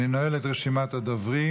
אני נועל את רשימת הדוברים.